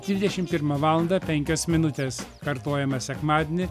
dvidešimt pirmą valandą penkios minutės kartojama sekmadienį